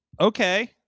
Okay